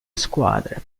squadra